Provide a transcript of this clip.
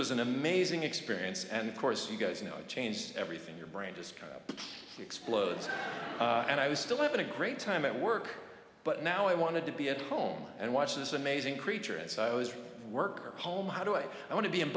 was an amazing experience and of course you guys you know it changed everything your brain just explodes and i was still having a great time at work but now i wanted to be at home and watch this amazing creature and so i was work home how do i want to be in